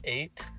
Eight